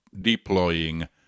deploying